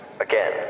Again